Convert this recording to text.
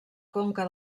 conca